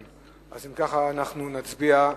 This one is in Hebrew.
אם כך, אנחנו נצביע.